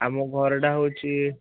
ଆମ ଘରଟା ହେଉଛି